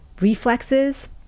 reflexes